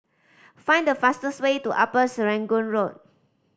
find the fastest way to Upper Serangoon Road